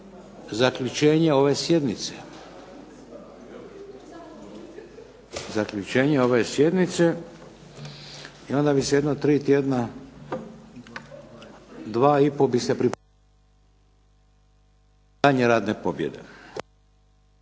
zaključenje ove sjednice. Zaključenje ove sjednice i onda bi se jedno tri tjedna, dva i pol bi se pripremali za daljnje radne pobjede.